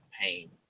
pain